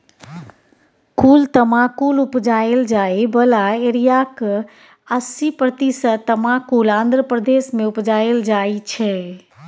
कुल तमाकुल उपजाएल जाइ बला एरियाक अस्सी प्रतिशत तमाकुल आंध्र प्रदेश मे उपजाएल जाइ छै